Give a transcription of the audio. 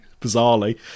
bizarrely